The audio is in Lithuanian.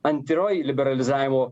antroji liberalizavimo